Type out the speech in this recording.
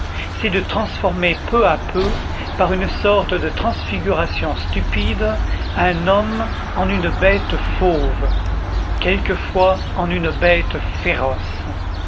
c'est de transformer peu à peu par une sorte de transfiguration stupide un homme en une bête fauve quelquefois en une bête féroce